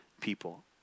people